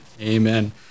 amen